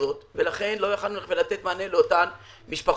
הזאת ולכן לא יכולנו לתת מענה לאותן משפחות.